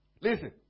Listen